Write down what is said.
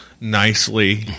nicely